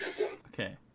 Okay